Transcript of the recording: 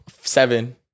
seven